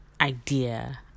idea